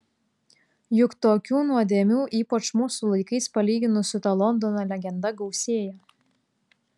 juk tokių nuodėmių ypač mūsų laikais palyginus su ta londono legenda gausėja